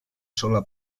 sola